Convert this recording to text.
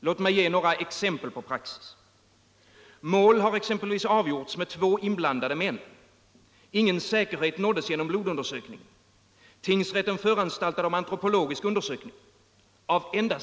Låt mig ge några exempel på denna praxis.